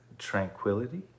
tranquility